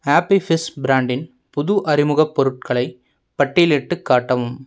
happy Fizz பிராண்டின் புது அறிமுகப் பொருட்களை பட்டியலிட்டுக் காட்டவும்